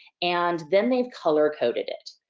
and then they've color coded it.